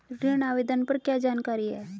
ऋण आवेदन पर क्या जानकारी है?